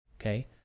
Okay